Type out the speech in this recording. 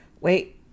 wait